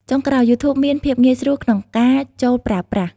ចុងក្រោយ យូធូបមាន ភាពងាយស្រួលក្នុងការចូលប្រើប្រាស់។